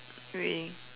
really